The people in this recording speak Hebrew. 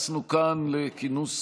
חברת הכנסת וסרמן לנדה,